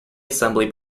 assembly